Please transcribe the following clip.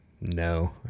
No